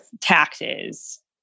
taxes